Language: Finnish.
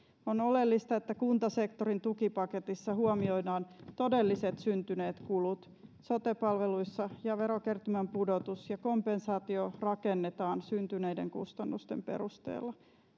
on oleellista että kuntasektorin tukipaketissa huomioidaan todelliset syntyneet kulut sote palveluissa ja verokertymän pudotus ja kompensaatio rakennetaan syntyneiden kustannusten perusteella